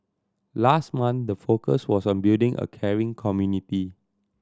last month the focus was on building a caring community